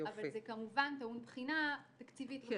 -- אבל זה כמובן טעון בחינה תקציבית וכדו'.